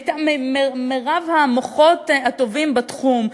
מרב המוחות הטובים בתחום,